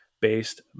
based